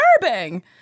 disturbing